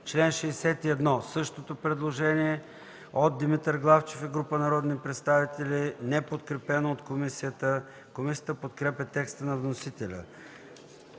чл. 61 – същото предложение от Димитър Главчев и група народни представители. Не е подкрепено от комисията. Комисията подкрепя текста на вносителя.